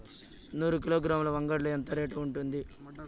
నూరు కిలోగ్రాముల వంగడాలు ఎంత రేటు ఉంటుంది?